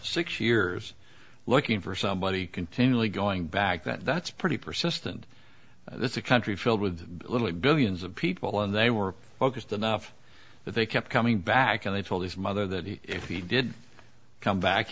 six years looking for somebody continually going back that's pretty persistent it's a country filled with little it billions of people and they were focused enough that they kept coming back and they told his mother that if he did come back